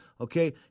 Okay